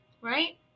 Right